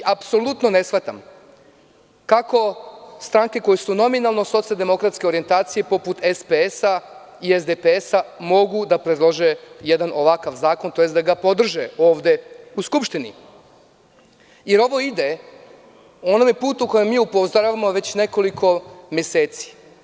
Apsolutno ne shvatam kako stranke koje su nominalno socijal-demokratske orijentacije, poput SPS i SDPS, mogu da predlože jedan ovakav zakon, to jest da ga podrže ovde u Skupštini, jer ovo ide ka onom putu na koji mi upozoravamo već nekoliko meseci.